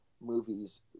movies